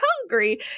hungry